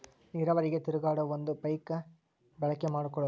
ನೇರಾವರಿಗೆ ತಿರುಗಾಡು ಒಂದ ಪೈಪ ಬಳಕೆ ಮಾಡಕೊಳುದು